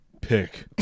pick